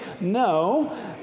No